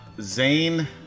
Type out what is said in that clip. Zane